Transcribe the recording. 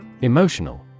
Emotional